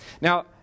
Now